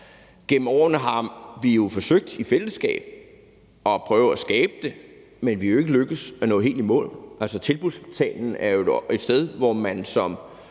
Gennem årene har vi jo forsøgt i fællesskab at prøve at skabe det, men vi er jo ikke lykkedes med at nå helt i mål. Tilbudsportalen er jo et sted, hvor man som